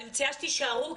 אני מציעה שתישארו,